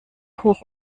hoch